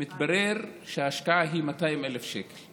מתברר שההשקעה היא 200,000 שקל.